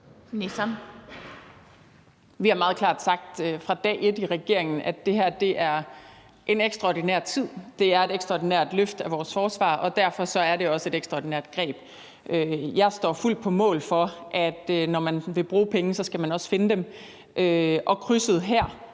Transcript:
Vi har meget klart sagt fra dag et i regeringen, at det er en ekstraordinær tid, at det er et ekstraordinært løft af vores forsvar, og derfor er det også et ekstraordinært greb. Jeg står fuldt på mål for, at når man vil bruge penge, skal man også finde dem, og for krydset her